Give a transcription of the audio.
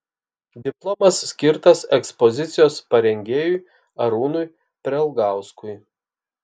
diplomas skirtas ekspozicijos parengėjui arūnui prelgauskui